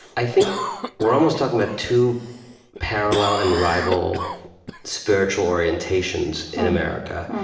i think we're almost talking about two parallel and rival spiritual orientations in america.